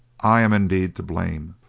i am indeed to blame.